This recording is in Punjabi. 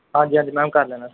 ਹਾਂਜੀ ਹਾਂਜੀ ਮੈਮ ਕਰ ਲੈਣਾ